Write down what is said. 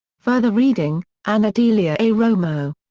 further reading anadelia a. romo.